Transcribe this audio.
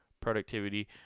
productivity